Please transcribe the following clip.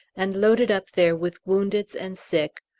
and loaded up there with woundeds and sick,